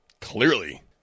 Clearly